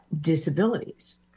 disabilities